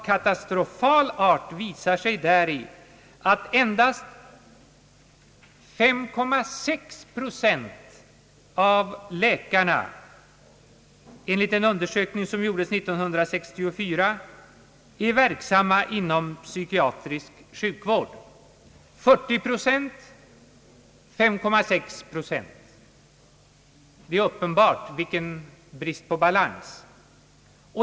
katastrofal art visar sig däri att endast 5,6 procent av läkarna, enligt en undersökning som gjordes år 1964, är verksamma inom psykiatrisk sjukvård. 40 procent mot 5,6 procent! Vilken uppenbar brist på balans!